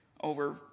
over